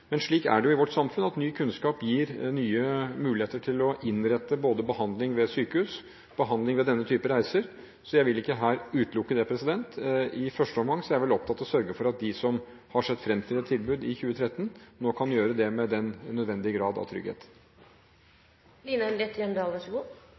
Slik er det jo i vårt samfunn, at ny kunnskap gir nye muligheter til å innrette både behandling ved sykehus og behandling ved denne typen reiser. Så jeg vil ikke her utelukke det. I første omgang er jeg vel opptatt av å sørge for at de som har sett fram til et tilbud i 2013, nå kan gjøre det med den nødvendige grad av trygghet.